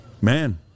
Man